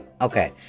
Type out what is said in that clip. Okay